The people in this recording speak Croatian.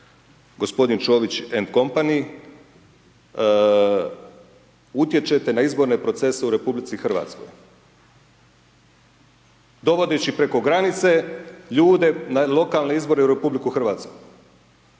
g. Čović & company utječete na izborne procese u RH dovodeći preko granice ljude na lokalne izbore u RH i u obrnutom